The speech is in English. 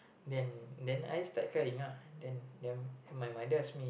then then I start crying ah then then my mother ask me